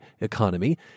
economy